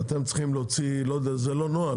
אתם צריכים להוציא, זה לא נוהל.